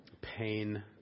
pain